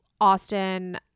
Austin